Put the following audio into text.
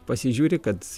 pasižiūri kad